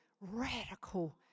radical